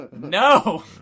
No